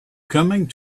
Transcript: coming